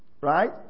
right